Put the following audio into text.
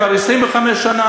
כבר 25 שנה.